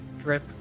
Drip